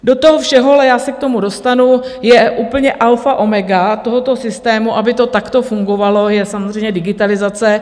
Do toho všeho ale já se k tomu dostanu je úplně alfa omega tohoto systému, aby to takto fungovalo, samozřejmě digitalizace.